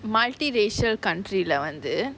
multi-racial country வந்து:vanthu